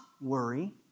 worry